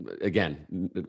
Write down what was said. again